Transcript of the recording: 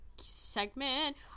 Segment